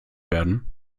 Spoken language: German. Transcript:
werden